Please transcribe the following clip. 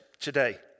today